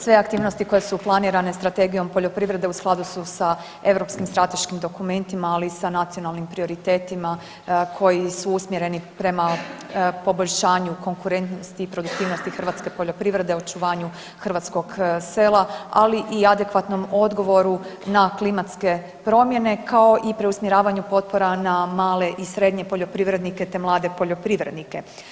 Sve aktivnosti koje su planirane Strategijom poljoprivrede u skladu su sa europskim strateškim dokumentima, ali i sa nacionalnim prioritetima koji su usmjereni prema poboljšanju konkurentnosti i produktivnosti hrvatske poljoprivrede, očuvanju hrvatskog sela, ali i adekvatnom odgovoru na klimatske promjene kao i preusmjeravanju potpora na male i srednje poljoprivrednike te mlade poljoprivrednike.